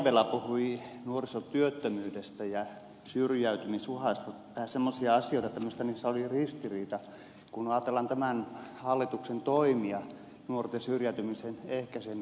taimela puhui nuorisotyöttömyydestä ja syrjäytymisuhasta vähän semmoisia asioita että minusta niissä oli ristiriita kun ajatellaan tämän hallituksen toimia nuorten syrjäytymisen ehkäisemiseksi